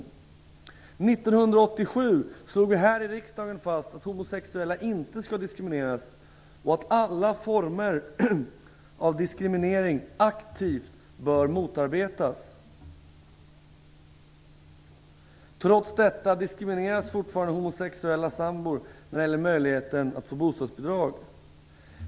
År 1987 slog riksdagen fast att homosexuella inte skall diskrimineras, och att alla former av diskriminering aktivt bör motarbetas. Trots detta diskrimineras fortfarande homosexuella sambor när det gäller möjligheten att få bostadsbidrag.